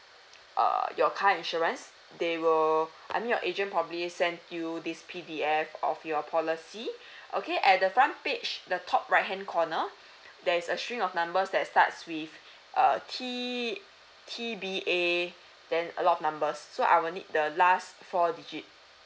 uh your car insurance they will I mean your agent probably sent you this P_D_F of your policy okay at the front page the top right hand corner there is a string of numbers that starts with uh T T B A then a lot of numbers so I will need the last four digit